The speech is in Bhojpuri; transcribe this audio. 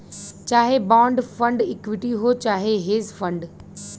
चाहे बान्ड फ़ंड इक्विटी हौ चाहे हेज फ़ंड